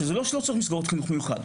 וזה לא שצריך לסגור את החינוך המיוחד,